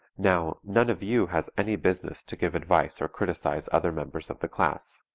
now none of you has any business to give advice or criticize other members of the class.